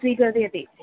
स्वीकरोति